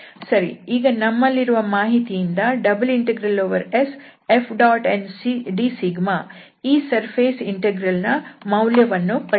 ಸರಿ ಈಗ ನಮ್ಮಲ್ಲಿರುವ ಮಾಹಿತಿಯಿಂದ ∬SFndσ ಈ ಸರ್ಫೇಸ್ ಇಂಟೆಗ್ರಲ್ ನ ಮೌಲ್ಯವನ್ನು ಪಡೆಯಬಹುದು